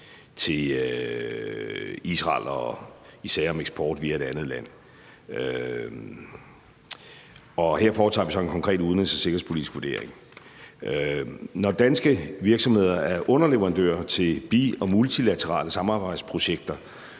til Israel og især om eksport via et andet land. Her foretager vi så en konkret udenrigs- og sikkerhedspolitisk vurdering. Når danske virksomheder er underleverandører til bi- og multilaterale samarbejdsprojekter